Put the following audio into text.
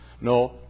no